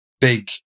big